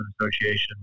Association